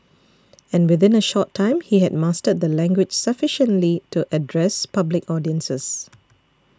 and within a short time he had mastered the language sufficiently to address public audiences